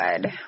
good